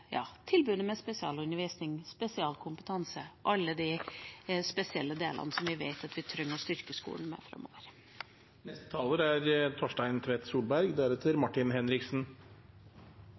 tilbudet med spesialundervisning, med spesialkompetanse – alle de spesielle delene som vi vet at vi trenger å styrke skolen med framover. Det er